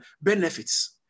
benefits